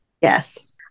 Yes